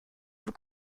vous